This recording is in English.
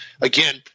again